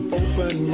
open